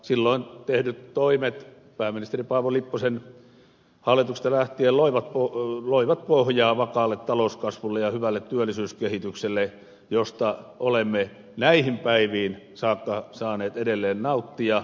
silloin tehdyt toimet pääministeri paavo lipposen hallituksista lähtien loivat pohjaa vakaalle talouskasvulle ja hyvälle työllisyyskehitykselle josta olemme näihin päiviin saakka saaneet edelleen nauttia